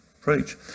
preach